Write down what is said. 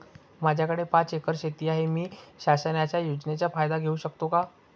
माझ्याकडे पाच एकर शेती आहे, मी शासनाच्या योजनेचा फायदा घेऊ शकते का?